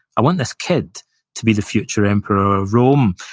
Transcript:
i want this kid to be the future emperor of rome.